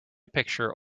picture